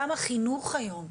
גם החינוך היום,